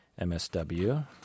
MSW